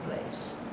place